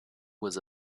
was